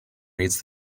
reads